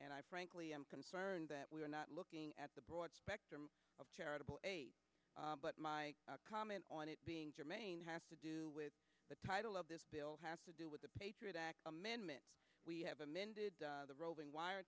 and i frankly am concerned that we are not looking at the broad spectrum of charitable but my comment on it being germane has to do with the title of this bill has to do with the patriot act amendment we have amended the roving wire